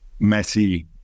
Messi